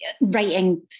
writing